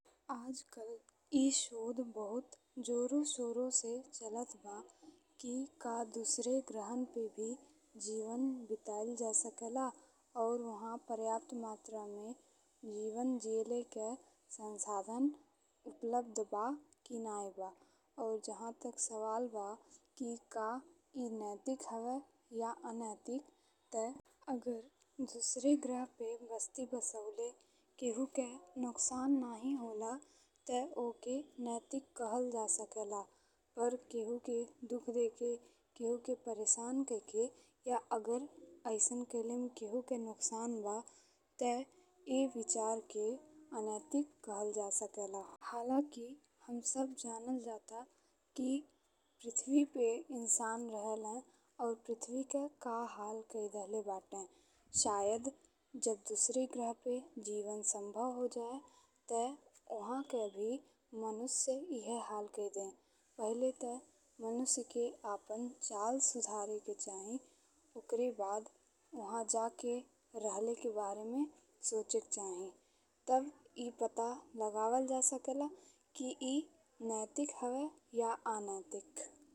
आजकल ई शोध बहुत जोरो सोरो से चलत बा कि का दुसरे ग्रहन पे भी जीवन बितइल जा सकेला और ओहा पर्याप्त मात्रा में जीवन जियले के संसाधन उपलब्ध बा कि नाहीं बा। और जहा तक सवाल बा कि का ई नैतिक हवे या अनैतिक ते अगर दुसरे ग्रह पे बस्ती बसाउले काहू के नुकसान नाहीं होला ते ओके नैतिक कहल जा सकेला। पर काहू के दुख देके या काहू के परेशान कईके या अगर अइसन कईले में काहू के नुकसान बा ते ई विचार के अनैतिक कहल का सकेला। हालांकि हम सब जानल जाता कि पृथ्वी पे इंसान रहेले और पृथ्वी के का हाल कई देहले बाटे सायद जब दुसरे ग्रह पे जीवन संभव हो जाय ते ओहा के भी मनुष्य एह हाल कई दे। पहिले ते मनुष्य के आपन चाल सुधारे के चाही ओकरे बाद ओहा जाके रहेले के बारे में सोचे के चाही तब ई पता लगावल जा सकेला कि ई नैतिक हवे या अनैतिक।